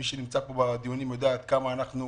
מי שנמצא פה בדיונים יודע כמה אנחנו